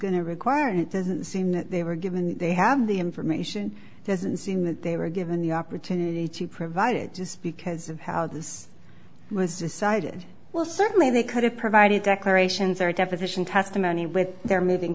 to require and it does seem that they were given they have the information it doesn't seem that they were given the opportunity to provide it just because of how this was decided well certainly they could have provided declarations or deposition testimony with their moving